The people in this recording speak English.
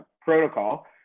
protocol